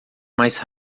mais